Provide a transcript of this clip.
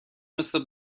مثل